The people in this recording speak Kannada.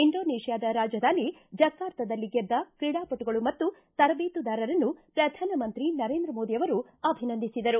ಇಂಡೊನೇತ್ವಾದ ರಾಜಧಾನಿ ಜಕಾರ್ತದಲ್ಲಿ ಗೆದ್ದ ಕ್ರೀಡಾಪಟುಗಳು ಮತ್ತು ತರಬೇತಿದಾರರನ್ನು ಪ್ರಧಾನಮಂತ್ರಿ ನರೇಂದ್ರ ಮೋದಿ ಅವರು ಅಭಿನಂದಿಸಿದರು